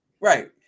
right